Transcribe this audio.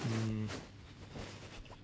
mm